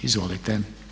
Izvolite.